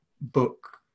book